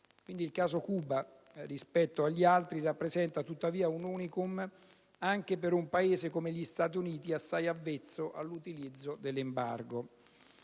Nord. Il caso di Cuba, rispetto agli altri, rappresenta tuttavia un *unicum* anche per un Paese come gli Stati Uniti, assai avvezzo all'utilizzo dell'embargo.